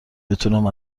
بتونم